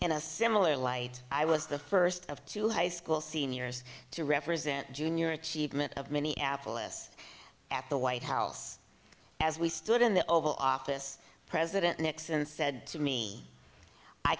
in a similar light i was the first of two high school seniors to represent junior achievement of minneapolis at the white house as we stood in the oval office president nixon said to me i